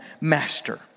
master